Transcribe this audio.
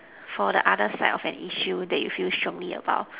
for the other side of an issue that you feel strongly about